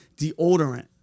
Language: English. deodorant